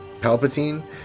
Palpatine